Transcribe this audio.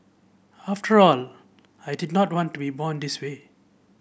after all I did not want to be born this way